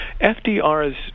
FDR's